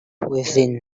within